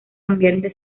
ambiente